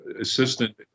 assistant